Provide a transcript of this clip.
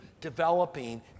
developing